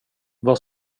vad